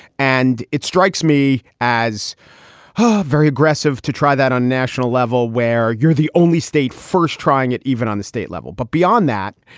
and it strikes me as very aggressive to try that on national level where you're the only state first trying trying it even on the state level. but beyond that,